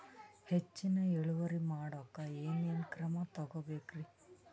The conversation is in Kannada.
ಹೆಚ್ಚಿನ್ ಇಳುವರಿ ಮಾಡೋಕ್ ಏನ್ ಏನ್ ಕ್ರಮ ತೇಗೋಬೇಕ್ರಿ?